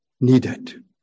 needed